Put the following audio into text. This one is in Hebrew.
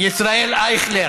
ישראל אייכלר,